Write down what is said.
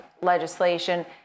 legislation